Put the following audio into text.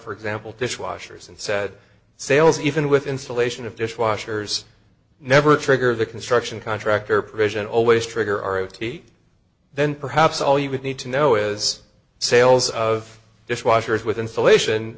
for example dishwashers and said sales even with installation of dishwashers never trigger the construction contractor provision always trigger our o t then perhaps all you would need to know is sales of dishwashers with insulation